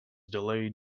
delayed